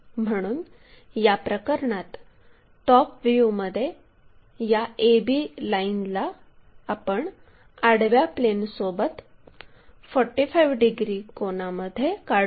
म्हणून याप्रकरणात टॉप व्ह्यूमध्ये या a b लाइनला आपण आडव्या प्लेनसोबत 45 डिग्री कोनामध्ये काढू